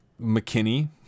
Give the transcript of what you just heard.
McKinney